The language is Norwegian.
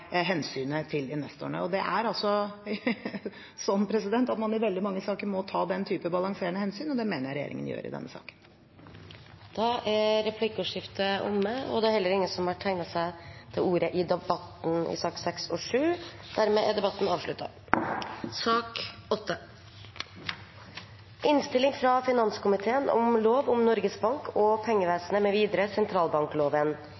hensynet til investorene. Det er altså slik at man i veldig mange saker må ta den typen balanserende hensyn, og det mener jeg regjeringen gjør i denne saken. Replikkordskiftet er omme. Flere har ikke bedt om ordet til sakene nr. 6 og 7. Etter ønske fra finanskomiteen vil presidenten foreslå at taletiden blir begrenset til 5 minutter til hver partigruppe og